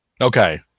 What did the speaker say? Okay